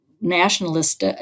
nationalist